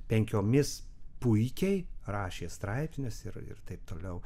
penkiomis puikiai rašė straipsnius ir ir taip toliau